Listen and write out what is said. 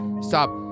stop